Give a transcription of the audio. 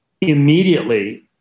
immediately